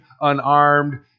unarmed